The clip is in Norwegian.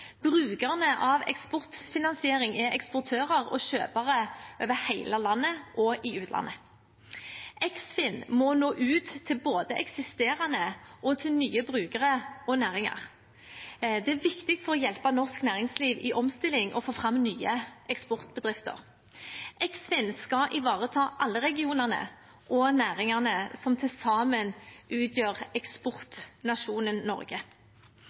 Brukerne av eksportfinansiering er eksportører og kjøpere over hele landet og i utlandet. Eksfin må nå ut til både eksisterende og nye brukere og næringer. Det er viktig for å hjelpe norsk næringsliv i omstilling og for å få fram nye eksportbedrifter. Eksfin skal ivareta alle regionene og næringene som til sammen utgjør eksportnasjonen Norge.